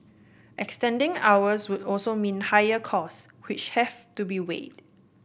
extending hours would also mean higher costs which have to be weighed